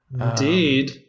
Indeed